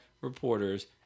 reporters